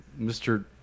Mr